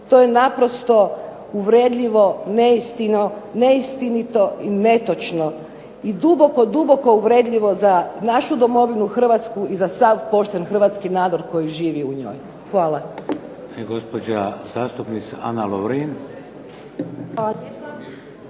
To je naprosto uvredljivo, neistinito i netočno. I duboko, duboko uvredljivo za našu domovinu Hrvatsku i za sav pošten hrvatski narod koji živi u njoj. Hvala.